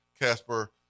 Casper